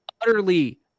utterly